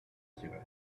dirais